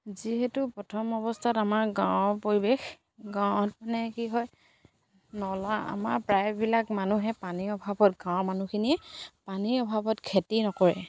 যিহেতু প্ৰথম অৱস্থাত আমাৰ গাঁৱৰ পৰিৱেশ গাঁৱত মানে কি হয় নলা আমাৰ প্ৰায়বিলাক মানুহে পানীৰ অভাৱত গাঁৱৰ মানুহখিনিয়ে পানীৰ অভাৱত খেতি নকৰে